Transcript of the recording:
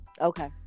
Okay